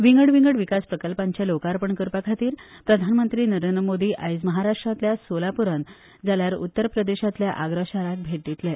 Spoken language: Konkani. विंगड विंगड विकास प्रकल्पाचें लोकार्पण करपा खातीर प्रधानमंत्री नरेंद्र मोदी आयज महाराष्ट्रांतल्या सोलापूरांत जाल्यार उत्तर प्रदेशांतल्या आग्रा शाराक भेट दितले